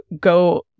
go